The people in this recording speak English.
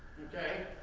okay?